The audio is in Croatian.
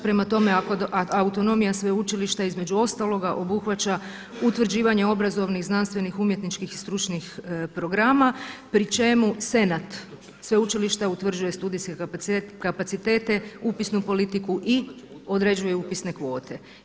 Prema tome, autonomija sveučilišta između ostaloga obuhvaća utvrđivanje obrazovnih, znanstvenih, umjetničkih i stručnih programa pri čemu Senat Sveučilišta utvrđuje studijske kapacitete, upisnu politiku i određuje upisne kvote.